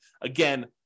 Again